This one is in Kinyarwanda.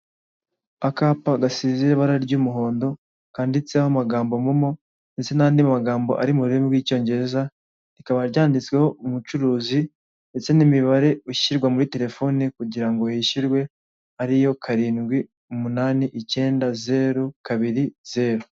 Akapa gasize ibara ry'umuhondo kanditseho amagambo momo ndetse n'andi magambo ari mu rurimi rw'icyongereza rikaba ryanditsweho umucuruzi ndetse n'imibare ishyirwa muri telefoni kugira ngo hishyurwe ariyo karindwi umunani icyenda zeru kabiri zeru.